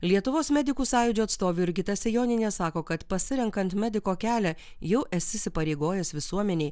lietuvos medikų sąjūdžio atstovė jurgita sejonienė sako kad pasirenkant mediko kelią jau esi įsipareigojęs visuomenei